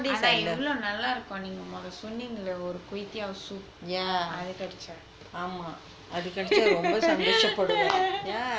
ஆனா எவ்ளோ நல்லா இருக்கும் நீங்க மொத சொன்னீங்களே:aanaa evlo nallaa irukkum neenga modha sonneengalae kway teow soup அது கெடச்சா:athu kedacha